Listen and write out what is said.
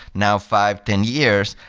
now five, ten years.